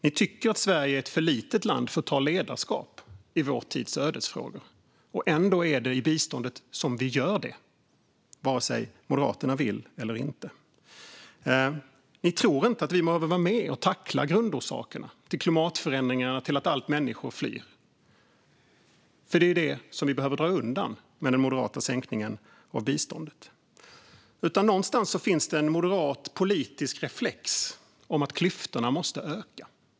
Ni tycker att Sverige är ett för litet land för att ta ledarskap i vår tids ödesfråga. Ändå är det i biståndet som vi gör det, vare sig Moderaterna vill det eller inte. Ni tror inte att vi behöver vara med och tackla grundorsakerna till klimatförändringarna och till att människor flyr. För det är ju detta som vi behöver dra undan med den moderata sänkningen av biståndet. Någonstans finns det en moderat politisk reflex som säger att klyftorna måste öka.